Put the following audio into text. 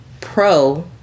pro